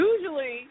Usually